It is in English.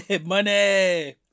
Money